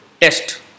test